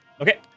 Okay